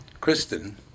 Kristen